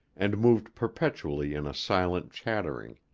and moved perpetually in a silent chattering,